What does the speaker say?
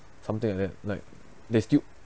something like that like they still